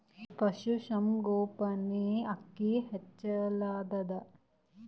ಪಶುಸಂಗೋಪನೆ ಅಕ್ಕಿ ಹೆಚ್ಚೆಲದಾ?